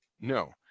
No